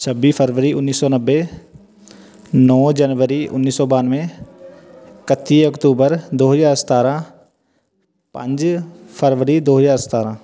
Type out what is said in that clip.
ਛੱਬੀ ਫਰਵਰੀ ਉੱਨੀ ਸੌ ਨੱਬੇ ਨੌ ਜਨਵਰੀ ਉੱਨੀ ਸੌ ਬਾਨ੍ਹਵੇਂ ਇਕੱਤੀ ਅਕਤੂਬਰ ਦੋ ਹਜ਼ਾਰ ਸਤਾਰ੍ਹਾਂ ਪੰਜ ਫਰਵਰੀ ਦੋ ਹਜ਼ਾਰ ਸਤਾਰ੍ਹਾਂ